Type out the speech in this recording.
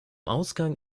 ausgang